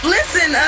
Listen